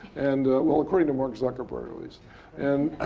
and well, according to mark zuckerberg at least. and